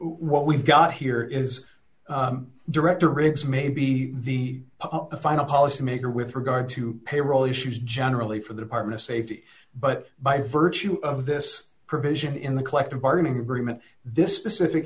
what we've got here is director riggs may be the final policy maker with regard to payroll issues generally for the department of safety but by virtue of this provision in the collective bargaining agreement this specific